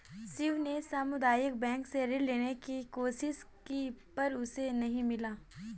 शिव ने सामुदायिक बैंक से ऋण लेने की कोशिश की पर उसे नही मिला